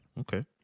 okay